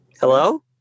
Hello